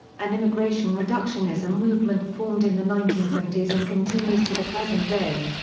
an immigration reductionism movement formed in the nineteen seventy s and continues to the present day.